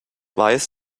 weiß